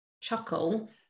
chuckle